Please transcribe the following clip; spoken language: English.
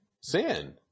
Sin